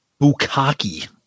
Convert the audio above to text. Bukaki